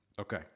Okay